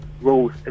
rules